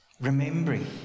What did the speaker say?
remembering